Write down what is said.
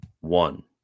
one